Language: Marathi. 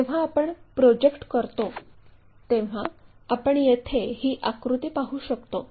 जेव्हा आपण प्रोजेक्ट करतो तेव्हा आपण येथे ही आकृती पाहू शकतो